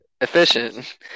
efficient